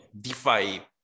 DeFi